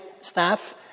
staff